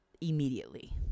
immediately